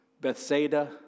Bethsaida